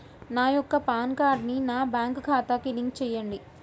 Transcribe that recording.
నా యొక్క పాన్ కార్డ్ని నా బ్యాంక్ ఖాతాకి లింక్ చెయ్యండి?